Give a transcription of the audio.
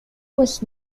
was